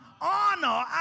honor